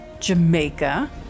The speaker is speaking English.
Jamaica